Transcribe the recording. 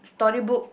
story book